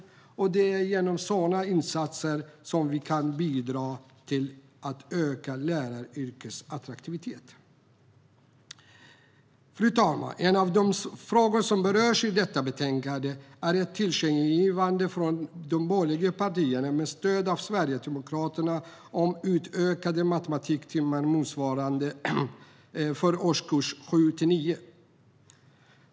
Det är genom sådana insatser som vi kan bidra till att öka läraryrkets attraktivitet. Fru talman! En av de frågor som berörs i detta betänkande är ett tillkännagivande från de borgerliga partierna med stöd av Sverigedemokraterna om utökade matematiktimmar för årskurserna 7-9.